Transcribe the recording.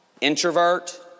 introvert